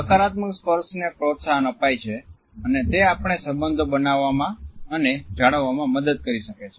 સકારાત્મક સ્પર્શને પ્રોત્સાહન અપાય છે અને તે આપણે સંબંધો બનાવવામાં અને જાળવવામાં મદદ કરી શકે છે